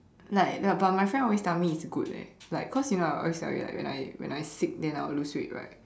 like the but my friend always tell me it's good eh like cause I always tell you when I when I sick then I will lose weight right